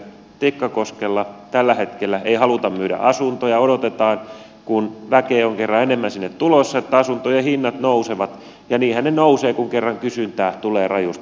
tikkakoskella tällä hetkellä ei haluta myydä asuntoja odotetaan kun väkeä on kerran enemmän sinne tulossa että asuntojen hinnat nousevat ja niinhän ne nousevat kun kerran kysyntää tulee rajusti